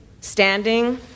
standing